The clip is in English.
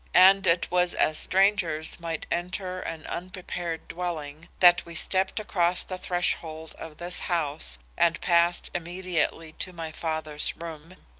and it was as strangers might enter an unprepared dwelling, that we stepped across the threshold of this house and passed immediately to my father's room.